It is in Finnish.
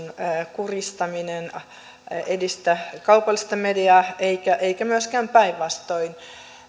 kuristaminen edistä kaupallista mediaa eikä myöskään päinvastoin